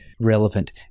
relevant